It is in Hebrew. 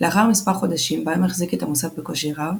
לאחר מספר חודשים בהם החזיק את המוסד בקושי רב,